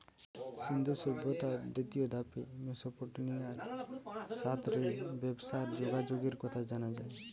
সিন্ধু সভ্যতার দ্বিতীয় ধাপে মেসোপটেমিয়ার সাথ রে ব্যবসার যোগাযোগের কথা জানা যায়